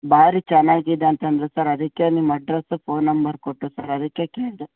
ಭಾರಿ ಚೆನ್ನಾಗಿದೆ ಅಂತಂದ್ರೆ ಸರ್ ಅದಕ್ಕೆ ನಿಮ್ಮ ಅಡ್ರಸ್ಸು ಫೋನ್ ನಂಬರ್ ಕೊಟ್ಟರು ಸರ್ ಅದಕ್ಕೆ ಕೇಳಿದೆ